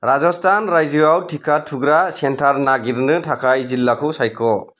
राजस्थान रायजोआव टिका थुग्रा सेन्टार नागिरनो थाखाय जिल्लाखौ सायख'